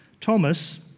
Thomas